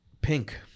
pink